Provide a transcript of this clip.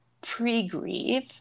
pre-grieve